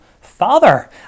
Father